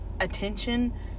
attention